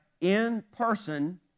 in-person